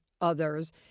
others